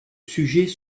sujets